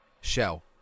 shell